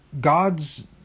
God's